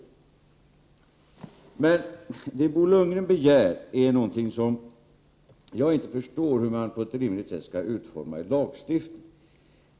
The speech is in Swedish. Det Bo Lundgren begär är någonting som jag inte förstår hur man på ett rimligt sätt skall kunna utforma i lagstiftningen.